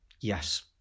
yes